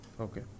okay